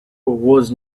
was